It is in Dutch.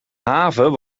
haven